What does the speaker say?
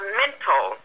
mental